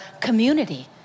community